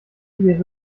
wäre